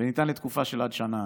וניתן לתקופה של עד שנה.